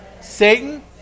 Satan